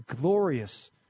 glorious